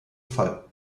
fall